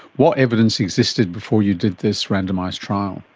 what evidence existed before you did this randomised trial?